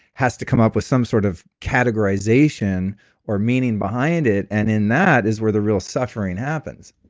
has to come up with some sort of categorization or meaning behind it, and in that is where the real suffering happens